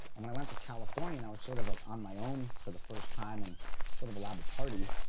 and i went out to california and i was sort of like on my own for the first time and sort of allowed to party.